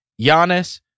Giannis